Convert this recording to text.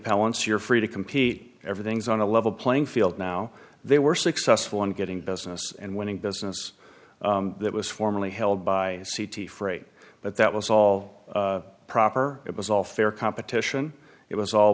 appellants you're free to compete everything's on a level playing field now they were successful in getting business and winning business that was formerly held by the freight but that will solve proper it was all fair competition it was all